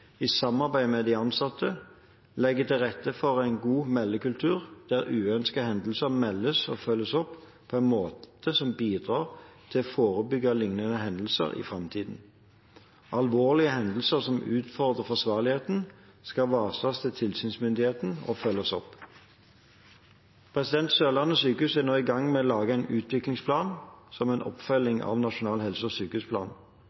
i samarbeid med de ansatte, legger til rette for en god meldekultur der uønskede hendelser meldes og følges opp på en måte som bidrar til å forebygge liknende hendelser i framtiden. Alvorlige hendelser som utfordrer forsvarligheten, skal varsles til tilsynsmyndigheten og følges opp. Sørlandet sykehus er nå i gang med å lage en utviklingsplan, som en